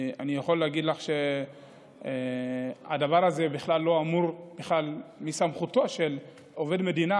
אני יכול להגיד לך שבכלל לא מסמכותו של עובד מדינה